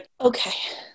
Okay